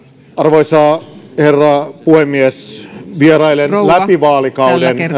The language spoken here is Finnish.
arvoisa herra puhemies vierailen läpi vaalikauden